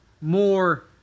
more